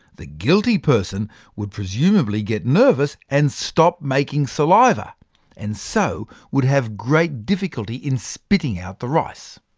the guilty person would presumably get nervous and stop making saliva and so, would have great difficulty in spitting out the rice.